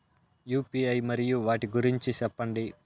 UPI మరియు వాటి గురించి సెప్పండి?